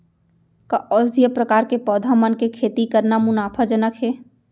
का औषधीय प्रकार के पौधा मन के खेती करना मुनाफाजनक हे?